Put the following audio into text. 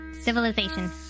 Civilization